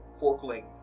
Forklings